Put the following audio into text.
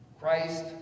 Christ